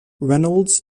reynolds